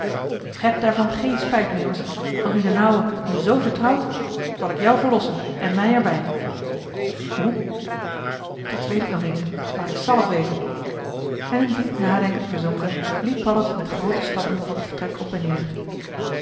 heb daarvan géén spijt meeuwis want nu d'n ouwe me z vertrouwt zal ik jou verlossen en mij er bij hoe dat weet ik nog niet maar ik zàl het weten en in diep nadenken verzonken liep paddeltje met groote stappen het vertrek op en neer